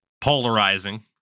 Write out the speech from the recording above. polarizing